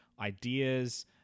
ideas